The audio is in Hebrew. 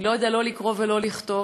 היא לא ידעה לא לקרוא ולא לכתוב,